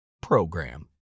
program